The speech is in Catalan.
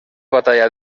batalla